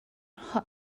hot